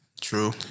True